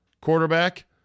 quarterback